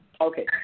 Okay